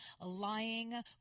lying